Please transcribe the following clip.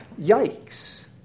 yikes